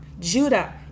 Judah